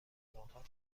ملاقات